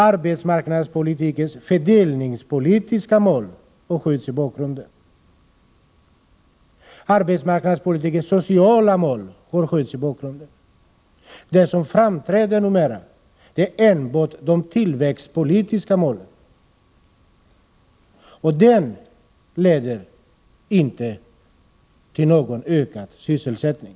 Arbetsmarknadspolitikens fördelningspolitiska mål har skjutits i bakgrunden. Arbetsmarknadspolitikens sociala mål har skjutits i bakgrun den. Det som framträder numera är enbart de tillväxtpolitiska målen. Det leder inte till någon ökad sysselsättning.